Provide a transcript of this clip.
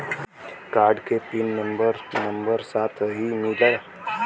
Card के pin number number साथही मिला?